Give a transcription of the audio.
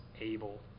able